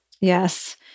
Yes